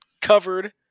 covered